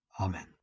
Amen